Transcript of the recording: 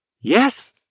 Yes